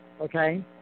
Okay